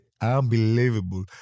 unbelievable